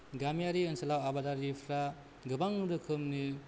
गामियारि ओनसोलाव आबादारिफोरा गोबां रोखोमनि